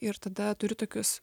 ir tada turiu tokius